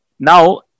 Now